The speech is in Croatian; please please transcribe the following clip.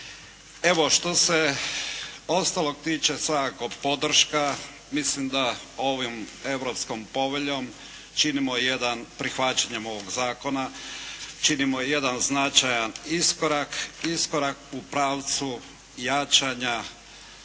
Evo što se ostalog tiče, svakako podrška, mislim da ovom Europskom poveljom činimo jedan, prihvaćanjem ovoga Zakona činimo jedan značajan iskorak, iskorak u pravcu jačanja